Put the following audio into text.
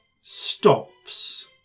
stops